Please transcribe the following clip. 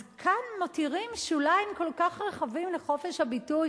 אז כאן מותירים שוליים כל כך רחבים לחופש הביטוי,